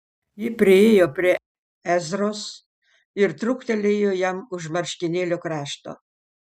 ji priėjo prie ezros ir truktelėjo jam už marškinėlių krašto